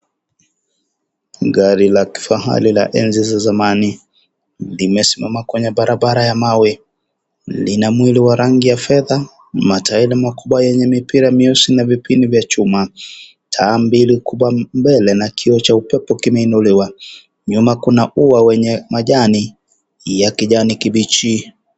Gari la kifahari la enzi za zamani limesimama kwenye barabara ya mawe, lina mwili wa rangi ya Fedha ,mataeri makubwa yenye mipira mieusi na vipini vya chuma, taa mbili kubwa mbele na kioo cha upepo kimeinuliwa, nyuma kuna ua wenye majani ya kijani kibichi.